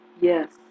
Yes